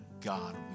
God